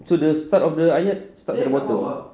so the start of the ayat start at the bottom